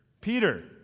Peter